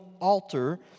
altar